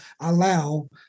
allow